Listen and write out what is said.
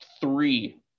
three